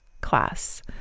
class